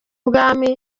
bwami